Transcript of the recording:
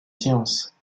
sciences